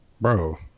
bro